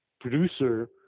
producer